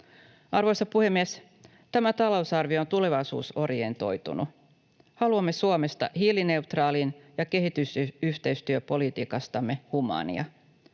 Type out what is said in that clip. Arvoisa puhemies! Tämä talousarvio on tulevaisuusorientoitunut. Haluamme Suomesta hiilineutraalin ja kehitysyhteistyöpolitiikastamme humaania.